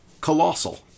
Colossal